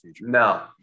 No